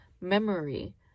memory